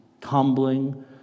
tumbling